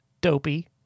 Dopey